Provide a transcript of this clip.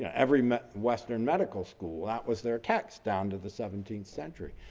yeah every med western medical school, that was their text down to the seventeenth century,